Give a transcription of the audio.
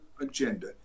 agenda